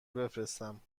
بفرستم